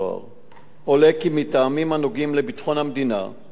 עולה כי מטעמים הנוגעים לביטחון המדינה ולשמירה